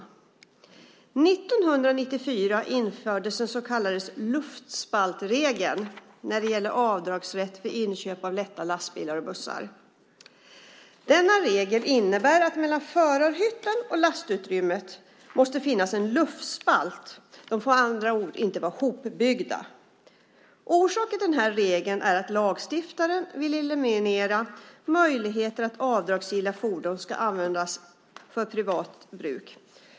År 1994 infördes den så kallade luftspaltregeln när det gällde avdragsrätt vid inköp av lätta lastbilar och bussar. Denna regel innebär att mellan förarhytten och lastutrymmet måste finnas en luftspalt. De får med andra ord inte vara hopbyggda. Orsaken till den här regeln är att lagstiftaren ville eliminera möjligheter att avdragsgilla fordon skulle användas för privat bruk.